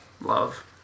love